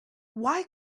why